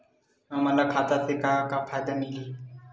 हमन ला खाता से का का फ़ायदा मिलही?